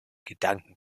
gedanken